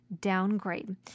Downgrade